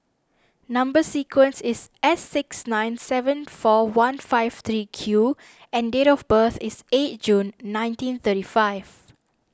Number Sequence is S six nine seven four one five three Q and date of birth is eighth June nineteen thirty five